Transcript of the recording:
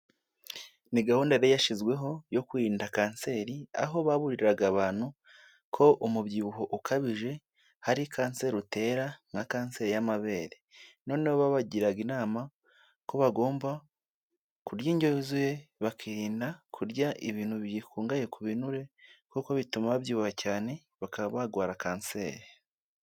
Ni gahunda yari yashyizweho yo kwirinda kanseri aho baburiraga abantu ko umubyibuho ukabije hari kanseri utera nka kanseri y'amabere. Noneho babagiraga inama ko bagomba kurya indyo yuzuye bakirinda kurya ibintu bikungahaye ku binure, kuko bituma babyibuha cyane bakaba barwara kanseri.